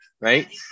Right